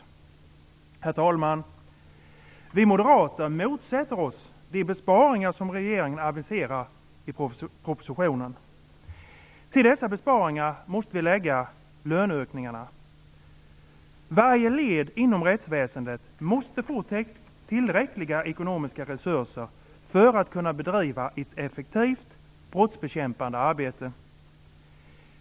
Herr talman! Vi moderater motsätter oss de besparingar som regeringen aviserar i propositionen. Till dessa besparingar måste vi lägga löneökningarna. Varje led inom rättsväsendet måste få tillräckliga ekonomiska resurser för att kunna bedriva ett effektivt brottsbekämpande arbete.